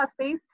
Space